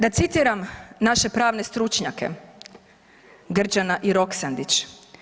Da citiram naše pravne stručnjake, Grđana i Roksandić.